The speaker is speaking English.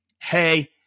hey